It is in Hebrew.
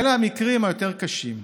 אלה המקרים היותר-קשים.